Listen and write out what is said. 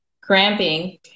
cramping